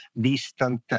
distant